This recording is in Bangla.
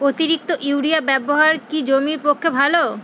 অতিরিক্ত ইউরিয়া ব্যবহার কি জমির পক্ষে ভালো?